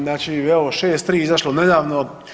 Znači evo 6.3 izašlo nedavno.